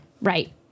Right